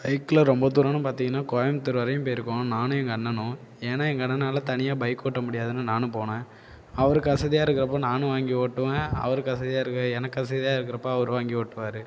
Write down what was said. பைக்கில் ரொம்ப தூரன்னு பார்த்திங்கன்னா கோயம்புத்தூர் வரைக்கும் போய்ருக்கோம் நானும் எங்கள் அண்ணனும் ஏன்னா எங்கள் அண்ணனால் தனியாக பைக் ஓட்ட முடியாதுன்னு நானும் போனேன் அவருக்கு அசதியாக இருக்கிறப்ப நானும் வாங்கி ஓட்டுவேன் அவருக்கு அசதியாக இருக்கு எனக்கு அசதியாக இருக்கிறப்ப அவர் வாங்கி ஓட்டுவார்